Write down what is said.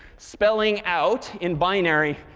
spelling out, in binary,